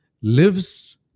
lives